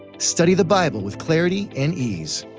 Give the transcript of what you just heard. study the bible with clarity and ease,